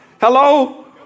Hello